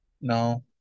No